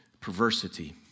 perversity